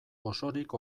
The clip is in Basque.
osorik